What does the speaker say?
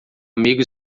amigo